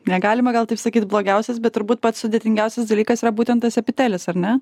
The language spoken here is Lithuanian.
negalima gal taip sakyt blogiausias bet turbūt pats sudėtingiausias dalykas yra būtent tas epitelis ar ne